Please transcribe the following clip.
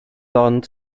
ond